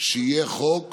שיהיה חוק,